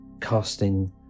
casting